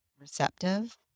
receptive